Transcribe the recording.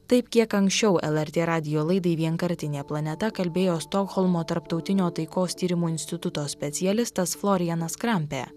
taip kiek anksčiau lrt radijo laidai vienkartinė planeta kalbėjo stokholmo tarptautinio taikos tyrimų instituto specialistas florianas krampė